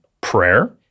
prayer